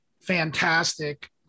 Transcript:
fantastic